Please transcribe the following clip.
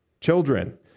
children